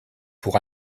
pour